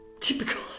Typical